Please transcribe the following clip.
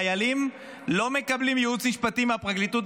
חיילים לא מקבלים ייעוץ משפטי מהפרקליטות